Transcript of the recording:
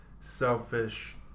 selfish